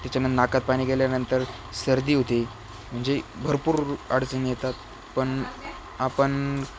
त्याच्यानं नाकात पाणी गेल्यानंतर सर्दी होते म्हणजे भरपूर अडचणी येतात पण आपण